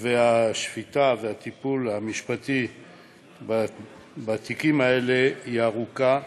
השפיטה וטיפול המשפטי בתיקים האלה הם ארוכים,